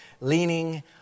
leaning